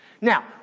Now